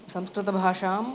संस्कृतभाषाम्